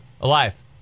Alive